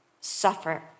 suffer